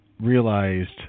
realized